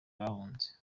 bahunze